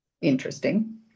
interesting